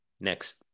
next